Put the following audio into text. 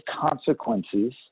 consequences